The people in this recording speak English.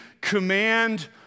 command